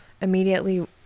immediately